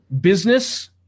business